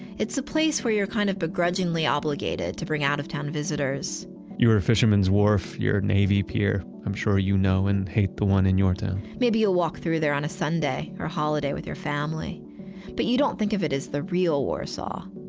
it's a place where you kind of but grudgingly obligated to bring out of town visitors your fisherman's wharf, your navy pier, i'm sure you know and hate the one in your town maybe you'll walk through there on a sunday or a holiday with your family but you don't think of it as the real warsaw.